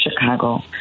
Chicago